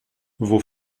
vos